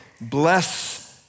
bless